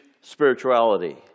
spirituality